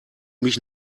mich